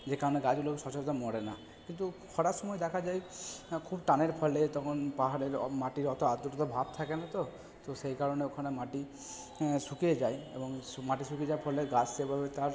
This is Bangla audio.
যে কারণে গাছগুলো সচরাচর মরে না কিন্তু খরার সময় দেখা যায় হ্যাঁ খুব টানের ফলে তখন পাহাড়ের মাটির অত আর্দ্রতা ভাব থাকে না তো তো সেই কারণে ওখানে মাটি শুকিয়ে যায় এবং মাটি শুকিয়ে যাওয়ার ফলে গাছ সেভাবে তার